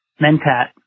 Mentat